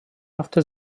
after